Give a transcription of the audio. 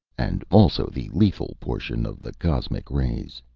and also the lethal portion of the cosmic rays.